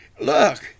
look